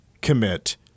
commit